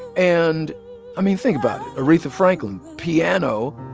and i mean, think about aretha franklin, piano